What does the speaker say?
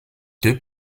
deux